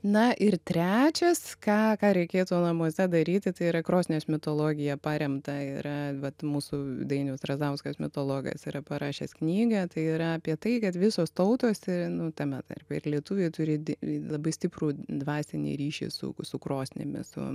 na ir trečias ką ką reikėtų namuose daryti tai yra krosnies mitologija paremta yra vat mūsų dainius razauskas mitologas yra parašęs knygą tai yra apie tai kad visos tautos ir nu tame tarpe ir lietuviai turi di labai stiprų dvasinį ryšį su su krosnimis su